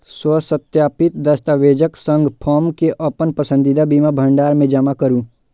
स्वसत्यापित दस्तावेजक संग फॉर्म कें अपन पसंदीदा बीमा भंडार मे जमा करू